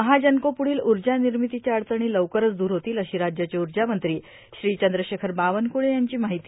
महाजनकोपुढील उर्जा निर्मितीच्या अडचणी लवकरच दूर होतील अशी राज्याचे उर्जामंत्री श्री चंद्रशेखर बानवकुळे यांची माहिती